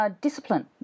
Discipline